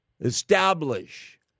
establish